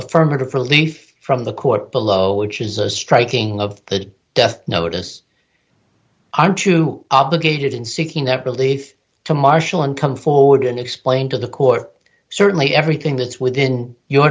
affirmative relief from the court below which is a striking of the death notice aren't you obligated in seeking that relief to marshall and come forward and explain to the court certainly everything that's within your